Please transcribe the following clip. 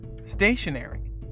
stationary